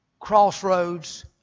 crossroads